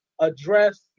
address